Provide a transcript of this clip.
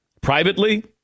Privately